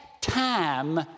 time